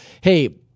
hey –